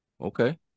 Okay